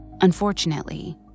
Unfortunately